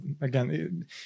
again